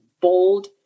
bold